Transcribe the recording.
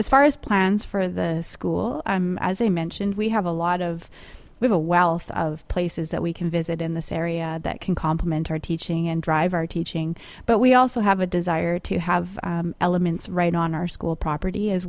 as far as plans for the school i'm as i mentioned we have a lot of we've a wealth of places that we can visit in this area that can complement our teaching and drive our teaching but we also have a desire to have elements right on our school property as